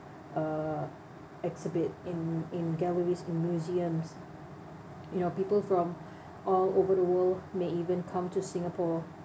uh exhibit in in galleries in museums you know people from all over the world may even come to singapore